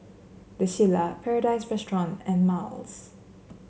The Shilla Paradise Restaurant and Miles